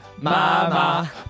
Mama